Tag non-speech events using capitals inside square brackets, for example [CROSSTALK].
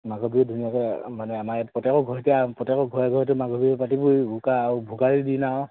মাঘ বিহুত ধুনীয়াকে মানে আমাৰ এই প্ৰত্যেকৰ ঘৰতে প্ৰত্যেকৰ ঘৰে ঘৰেতো মাঘৰ বিহু পাতিবই [UNINTELLIGIBLE]